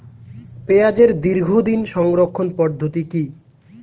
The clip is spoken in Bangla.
পেঁয়াজের দীর্ঘদিন সংরক্ষণ পদ্ধতি কি?